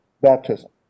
baptism